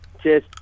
Cheers